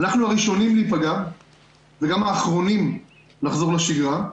אנחנו הראשונים להיפגע וגם האחרונים לחזור לשגרה.